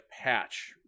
patch